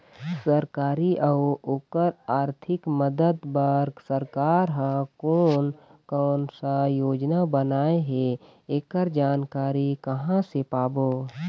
सरकारी अउ ओकर आरथिक मदद बार सरकार हा कोन कौन सा योजना बनाए हे ऐकर जानकारी कहां से पाबो?